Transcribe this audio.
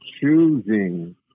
choosing